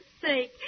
sake